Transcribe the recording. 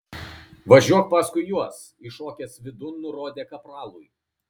važiuok paskui juos įšokęs vidun nurodė kapralui